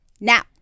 Now